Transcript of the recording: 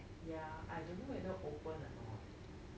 ya I don't know whether open or not